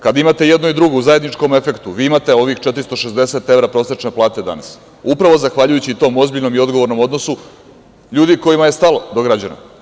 Kada imate i jedno i drugo u zajedničkom efektu, vi imate ovih 460 evra prosečne plate danas, upravo zahvaljujući tom ozbiljnom i odgovornom odnosu ljudi kojima je stalo do građana.